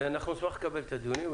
ואנחנו נשמח לקבל את הנתונים,